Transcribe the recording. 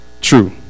true